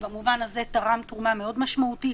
ובמובן הזה תרם תרומה מאוד משמעותית